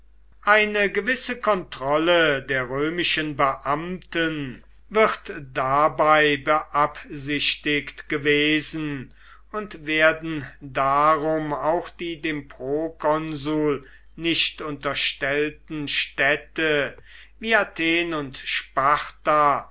eine gewisse kontrolle der römischen beamten wird dabei beabsichtigt gewesen und werden darum auch die dem prokonsul nicht unterstellten städte wie athen und sparta